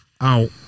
out